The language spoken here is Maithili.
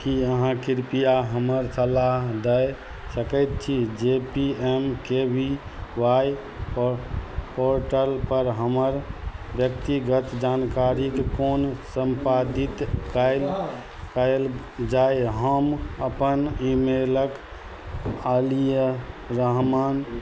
कि अहाँ कृपया हमरा सलाह दऽ सकै छी जे P M K V Y के पोर्टलपर हमर व्यक्तिगत जानकारीकेँ कोना सम्पादित कएल कएल जाए हम अपन ईमेलके खालिए रहमान